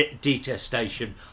detestation